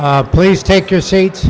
please take your seats